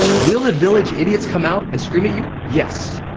will the village idiots come out and scream at you? yes,